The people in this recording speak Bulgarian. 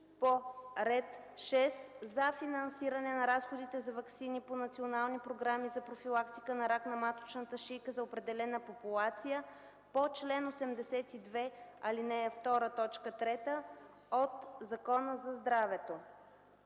по ред 6 за финансиране на разходите за ваксини по национални програми за профилактика на рак на маточната шийка за определена популация по чл. 82, ал. 2, т. 3 от Закона за здравето.